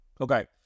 okay